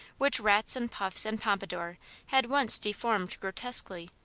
which rats and puffs and pompadour had once deformed grotesquely,